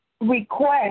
request